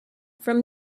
from